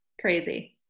Crazy